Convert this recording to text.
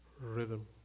rhythm